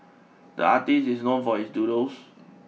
the artist is known for his doodles